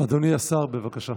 השר, בבקשה.